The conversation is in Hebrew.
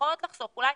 במרכאות לחסוך, אולי